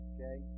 Okay